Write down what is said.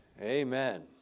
Amen